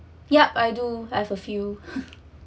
yup I do I have a few